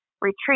retreat